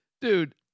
Dude